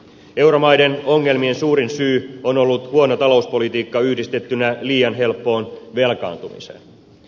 euromaiden ongelmien suurin syy on ollut huono talouspolitiikka yhdistettynä liian helppoon velkaantumiseen